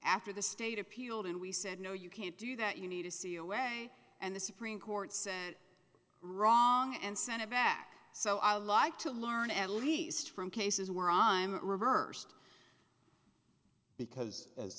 after the state appealed and we said no you can't do that you need to see a way and the supreme court said wrong and sent it back so i like to learn at least from cases where i'm at reversed because as